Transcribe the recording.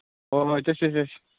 ꯍꯣ ꯍꯣꯏ ꯆꯠꯁꯤ ꯆꯠꯁꯤ